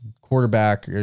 Quarterback